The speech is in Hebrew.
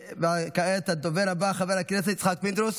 כעת הדובר הבא, חבר הכנסת יצחק פינדרוס,